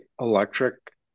electric